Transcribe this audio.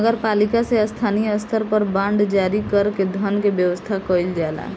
नगर पालिका से स्थानीय स्तर पर बांड जारी कर के धन के व्यवस्था कईल जाला